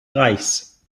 reichs